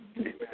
Amen